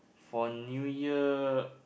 for New Year